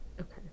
Okay